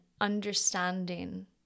understanding